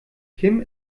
kim